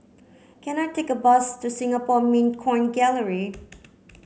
can I take a bus to Singapore Mint Coin Gallery